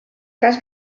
cas